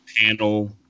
panel